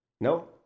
no